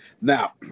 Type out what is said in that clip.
now